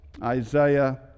isaiah